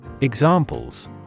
Examples